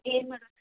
ಏನು ಮಾಡೋದು